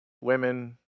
women